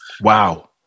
wow